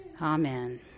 Amen